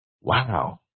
Wow